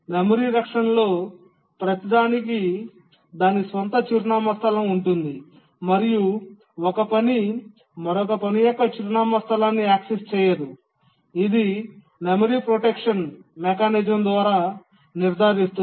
memory రక్షణ లో ప్రతి పనికి దాని స్వంత చిరునామా స్థలం ఉంటుంది మరియు ఒక పని మరొక పని యొక్క చిరునామా స్థలాన్ని యాక్సెస్ చేయదు ఇది మెమరీ ప్రొటెక్షన్ మెకానిజం ద్వారా నిర్ధారిస్తుంది